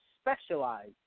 specialize